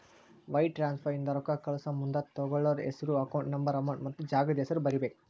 wire transfer ಇಂದ ರೊಕ್ಕಾ ಕಳಸಮುಂದ ತೊಗೋಳ್ಳೋರ್ ಹೆಸ್ರು ಅಕೌಂಟ್ ನಂಬರ್ ಅಮೌಂಟ್ ಮತ್ತ ಜಾಗದ್ ಹೆಸರ ಬರೇಬೇಕ್